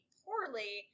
poorly